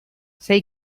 sei